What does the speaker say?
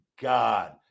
God